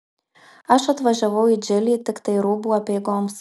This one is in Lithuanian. aš atvažiavau į džilį tiktai rūbų apeigoms